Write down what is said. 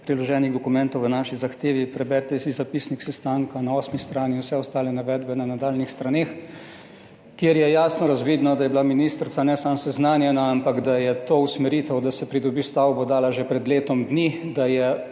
priloženih dokumentov v naši zahtevi. Preberite si zapisnik sestanka na osmi strani in vse ostale navedbe na nadaljnjih straneh, **68. TRAK (VI) 15.35** (Nadaljevanje) kjer je jasno razvidno, da je bila ministrica ne samo seznanjena, ampak da je to usmeritev, da se pridobi stavbo dala že pred letom dni, da je